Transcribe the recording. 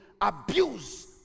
abuse